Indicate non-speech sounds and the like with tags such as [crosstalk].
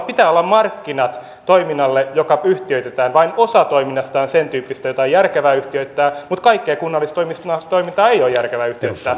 [unintelligible] pitää olla markkinat toiminnalle joka yhtiöitetään vain osa toiminnasta on sentyyppistä jota on järkevää yhtiöittää mutta kaikkea kunnallista toimintaa ei ole järkevää yhtiöittää